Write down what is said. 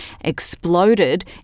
exploded